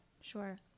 Sure